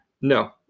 No